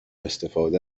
استفاده